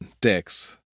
dicks